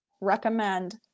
recommend